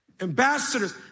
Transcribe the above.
ambassadors